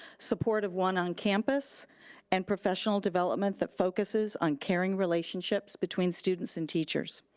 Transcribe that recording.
support of one on campus and professional development that focuses on caring relationships between students and teachers.